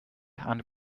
and